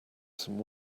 some